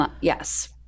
Yes